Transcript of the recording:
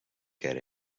get